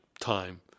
time